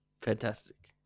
Fantastic